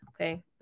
Okay